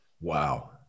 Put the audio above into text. Wow